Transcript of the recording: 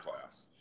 class